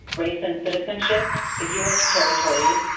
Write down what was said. race and citizenship, the u s. territories,